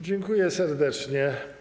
Dziękuję serdecznie.